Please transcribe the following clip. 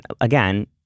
again